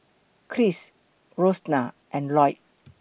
Krish Rosena and Lloyd